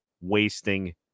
wasting